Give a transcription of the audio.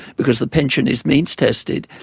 because the pension is means tested.